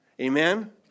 Amen